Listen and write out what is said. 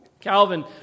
Calvin